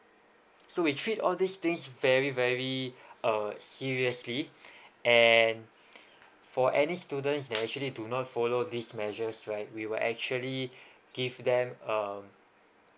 so we treat all these things very very uh seriously and for any students that actually do not follow this measures right we will actually give them um